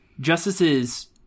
justices